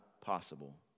possible